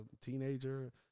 teenager